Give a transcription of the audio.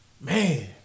Man